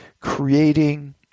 creating